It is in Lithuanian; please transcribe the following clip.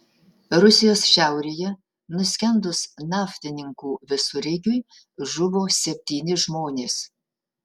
rusijos šiaurėje nuskendus naftininkų visureigiui žuvo septyni žmonės